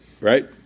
Right